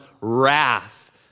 wrath